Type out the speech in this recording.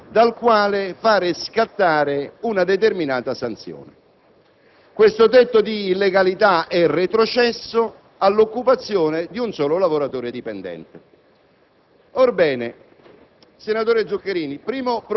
Qual è il problema che avevo posto prima? È un problema molto semplice: quando nell'iniziale norma si parlava di tre lavoratori e della sospensione dell'attività dell'unità produttiva, sostanzialmente il legislatore